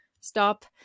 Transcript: stop